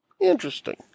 Interesting